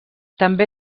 també